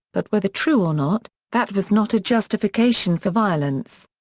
but whether true or not, that was not a justification for violence.